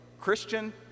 Christian